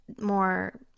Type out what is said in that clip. more